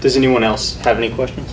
this anyone else have any questions